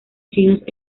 chinos